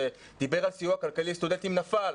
שדיבר על סיוע כלכלי לסטודנטים נפל,